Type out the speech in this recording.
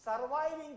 surviving